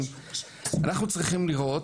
ראינו